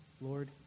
Lord